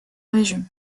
région